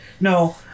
No